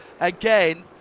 Again